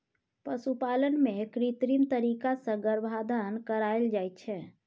पशुपालन मे कृत्रिम तरीका सँ गर्भाधान कराएल जाइ छै